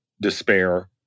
despair